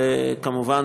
וכמובן,